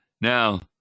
Now